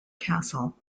castle